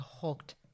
hooked